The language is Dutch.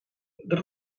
dat